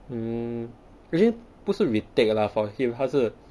mm actually 不是 retake lah for him 他是